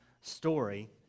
story